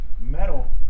Metal